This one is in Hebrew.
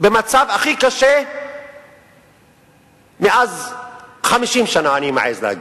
במצב הכי קשה מאז 50 שנה, אני מעז להגיד.